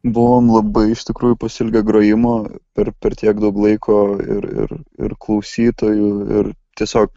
buvom labai iš tikrųjų pasiilgę grojimo ir per tiek daug laiko ir ir ir klausytojų ir tiesiog